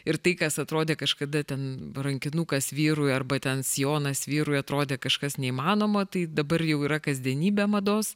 ir tai kas atrodė kažkada ten rankinukas vyrui arba ten sijonas vyrui atrodė kažkas neįmanoma tai dabar jau yra kasdienybė mados